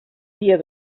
dia